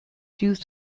used